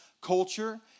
culture